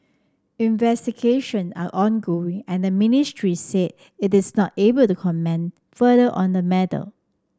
investigation are ongoing and the ministry said it is not able to comment further on the matter